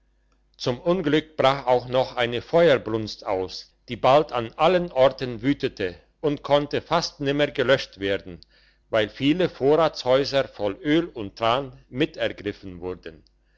zum unglück brach auch noch eine feuersbrunst aus die bald an allen orten wütete und konnte fast nimmer gelöscht werden weil viele vorratshäuser voll öl und tran mit ergriffen wurden